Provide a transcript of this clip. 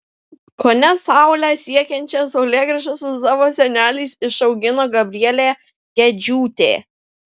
kone saulę siekiančią saulėgrąžą su savo seneliais išaugino gabrielė gedžiūtė